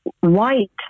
white